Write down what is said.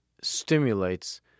stimulates